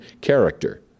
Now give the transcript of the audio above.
character